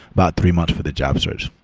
about three months for the job search.